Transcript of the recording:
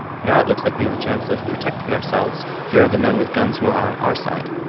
now it looks like we have a chance of protecting ourselves. here are the men with guns who are on our side